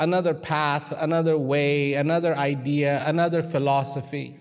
another path or another way another idea another philosophy